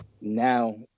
now